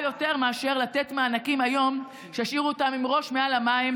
יותר מאשר לתת מענקים היום שישאירו אותם עם הראש מעל המים,